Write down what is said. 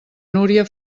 núria